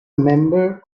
member